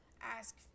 ask